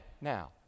now